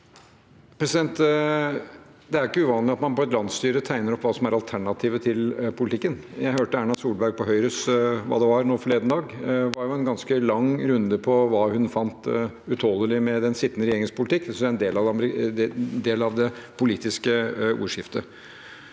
Det er ikke uvanlig at man på et landsstyremøte tegner opp hva som er alternativet til politikken. Jeg hørte Erna Solberg nå forleden dag på Høyres – hva det var. Da var det en ganske lang runde på hva hun fant utålelig med den sittende regjeringens politikk, og det synes jeg er en del av det politiske ordskiftet.